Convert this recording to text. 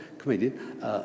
comedian